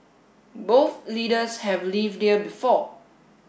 both leaders have lived here before